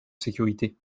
sécurité